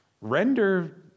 Render